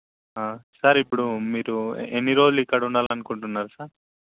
sir ఇప్పుడు మీరు ఎన్ని రోజులు ఇక్కడ ఉండాలి అనుకుంటున్నారు సార్